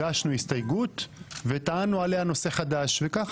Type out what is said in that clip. הגשנו הסתייגות וטענו עליה נושא חדש וכך